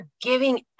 giving